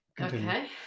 Okay